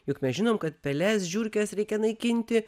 juk mes žinom kad peles žiurkes reikia naikinti